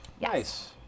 Nice